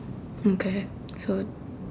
okay so